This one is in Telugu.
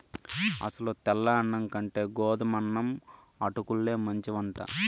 అసలు తెల్ల అన్నం కంటే గోధుమన్నం అటుకుల్లే మంచివట